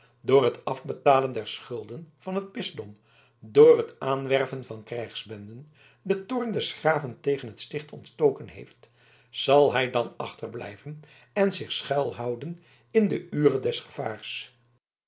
door het afbetalen der schulden van het bisdom door het aanwerven van krijgsbenden den toorn des graven tegen het sticht ontstoken heeft zal hij dan achterblijven en zich schuilhouden in de ure des gevaars